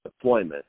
deployment